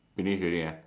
finish already ah